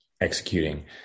executing